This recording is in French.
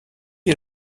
est